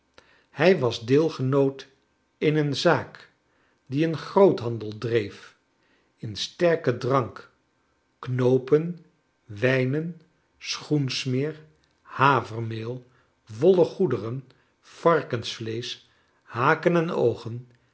hij was deelgenoot in een zaak die een groothandel dreef in sterken drank knoopen wijnen schoensmeer havermeel wollen goederen varkensvleesch haken en oogen